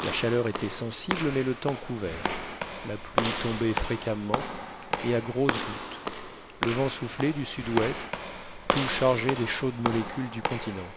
la chaleur était sensible mais le temps couvert la pluie tombait fréquemment et à grosses gouttes le vent soufflait du sud-ouest tout chargé des chaudes molécules du continent